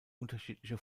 unterschiedliche